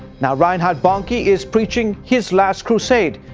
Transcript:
now reinhard bonnke is preaching his last crusade,